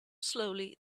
slowly